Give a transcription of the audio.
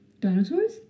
Dinosaurs